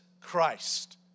Christ